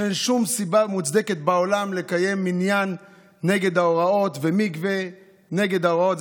אין שום סיבה מוצדק בעולם לקיים מניין נגד ההוראות ומקווה נגד ההוראות,